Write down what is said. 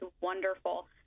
wonderful